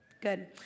Good